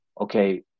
okay